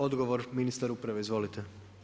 Odgovor ministar uprave, izvolite.